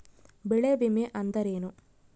ಬೆಳೆ ವಿಮೆ ಅಂದರೇನು?